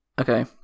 okay